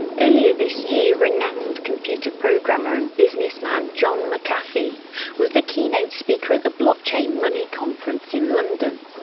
earlier this year, renowned computer programmer and businessman john mcaffee was the keynote speaker at the blockchain money conference in london,